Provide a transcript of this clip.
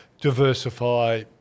diversify